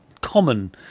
common